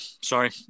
sorry